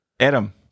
Adam